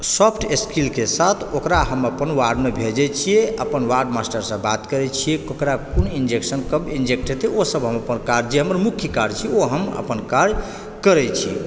soft स्किलके साथ ओकरा हम अपन वार्डमे भेजै छिऐ अपन वार्ड मास्टरसँ बात करए छिऐ ओकरा कोन इन्जेक्शन कब इन्जेक्ट हेतै ओ सब हम अपन काज जे हमर मुख्य कार्य छी ओ हम अपन काज करै छी